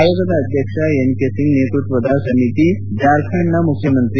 ಆಯೋಗದ ಅಧ್ಯಕ್ಷ N K Singh ನೇತೃತ್ವದ ಸಮಿತಿ ಜಾರ್ಖಂಡ್ನ ಮುಖ್ಯಮಂತ್ರಿ